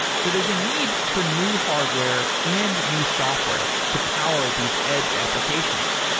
so there's a need for new hardware and new software to power these edge applications.